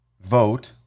vote